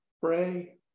pray